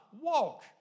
Walk